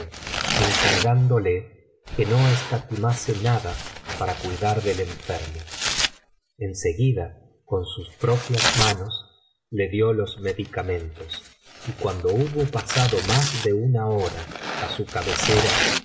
jeique encargándole que no escatimase nada para cuidar del enfermo en seguida con sus propias manos le dio los medicamentos y cuando hubo pasado más de una hora á su cabecera